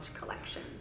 Collection